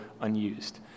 unused